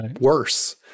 worse